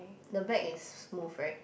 the back is smooth right